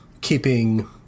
keeping